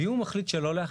ואם הוא מחליט שלא להכריע.